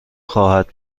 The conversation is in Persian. خواهد